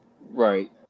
right